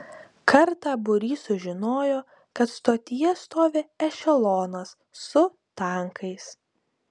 kartą būrys sužinojo kad stotyje stovi ešelonas su tankais